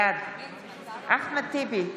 בעד אחמד טיבי,